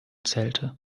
zählte